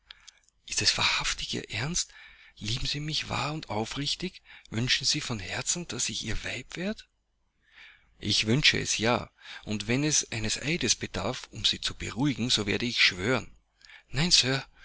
ist es wahrhaftig ihr ernst lieben sie mich wahr und aufrichtig wünschen sie von herzen daß ich ihr weib werde ich wünsche es ja und wenn es eines eides bedarf um sie zu beruhigen so werde ich schwören